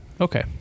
okay